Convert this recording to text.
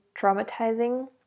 traumatizing